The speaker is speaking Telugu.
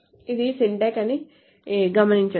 ఇది సింటాక్స్ అని గమనించండి